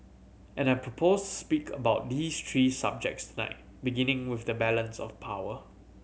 and I propose speak about these three subjects tonight beginning with the balance of power